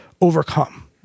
overcome